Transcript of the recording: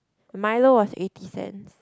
milo was eighty cents